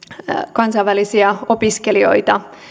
kansainvälisiä opiskelijoita